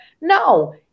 No